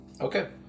Okay